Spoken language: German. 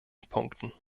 punkten